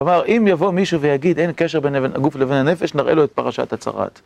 אמר, אם יבוא מישהו ויגיד אין קשר בין אבן הגוף לבין הנפש, נראה לו את פרשת הצרת.